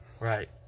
Right